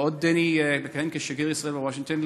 בעודי מכהן כשגריר ישראל בוושינגטון,